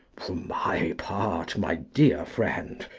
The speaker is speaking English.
for my part, my dear friend,